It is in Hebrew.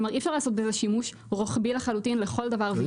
כלומר אי אפשר לעשות בזה שימוש רוחבי לחלוטין לכל דבר ועניין,